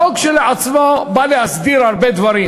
החוק כשלעצמו בא להסדיר הרבה דברים,